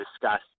discuss